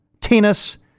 tennis